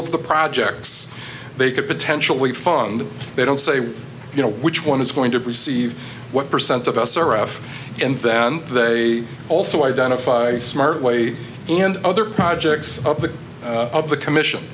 of the projects they could potentially fund they don't say you know which one is going to receive what percent of us are off and then they also identified a smart way and other projects up with the commission